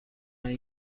این